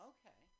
Okay